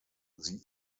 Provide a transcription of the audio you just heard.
sie